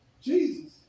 Jesus